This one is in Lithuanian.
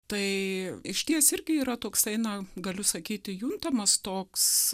tai išties irgi yra toksai na galiu sakyti juntamas toks